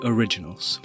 Originals